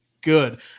good